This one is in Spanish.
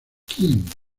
quién